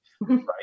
right